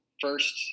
first